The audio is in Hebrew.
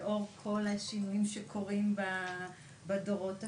לאור כל השינויים שקורים בדורות השונים,